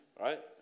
right